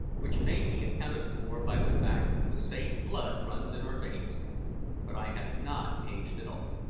which may be accounted for by the fact that the same blood runs in our veins but i have not aged at all.